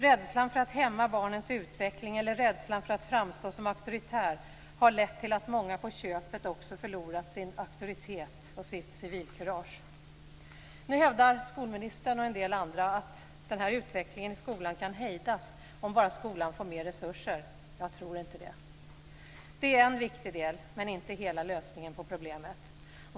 Rädslan för att hämma barnens utveckling eller för att framstå som auktoritär har lett till att många på köpet också förlorat sin auktoritet och sitt civilkurage. Nu hävdar skolministern och en del andra att den här utvecklingen i skolan kan hejdas om bara skolan får mer resurser. Jag tror inte det. Det är en viktig del men inte hela lösningen på problemet.